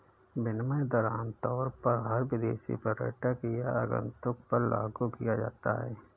विनिमय दर आमतौर पर हर विदेशी पर्यटक या आगन्तुक पर लागू किया जाता है